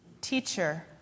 Teacher